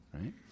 right